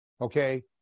okay